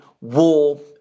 war